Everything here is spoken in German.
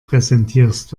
präsentierst